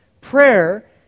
prayer